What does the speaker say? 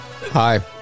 Hi